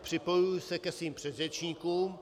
Připojuji se ke svým předřečníkům.